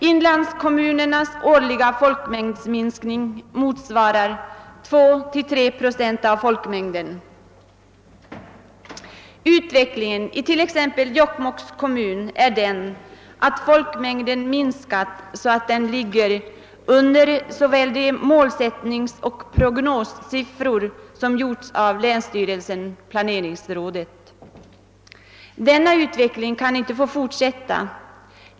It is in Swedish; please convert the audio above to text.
Inlandskommunernas årliga = folkmängdsminskning motsvarar 2—3 procent av folkmängden. Exempelvis i Jokkmokks kommun har folkmängden minskat så att den ligger under såväl de målsättningssom prognossiffror som beräknats av länsstyrelsen/planeringsrådet. Denna utveckling kan inte få fortsätta.